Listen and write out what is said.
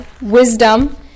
wisdom